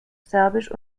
serbisch